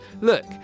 look